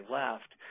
left